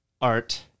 art